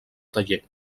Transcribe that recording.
taller